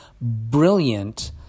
brilliant